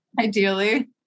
ideally